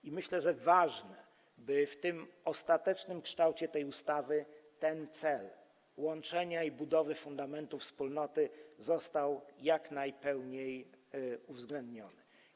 I myślę, że ważne jest to, by w tym ostatecznym kształcie tej ustawy ten cel łączenia i budowy fundamentów wspólnoty został jak najpełniej uwzględniony.